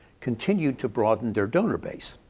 continued to broaden their donor base.